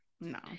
no